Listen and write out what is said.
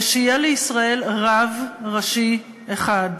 שיהיה לישראל רב ראשי אחד.